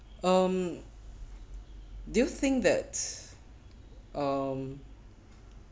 um do you think that um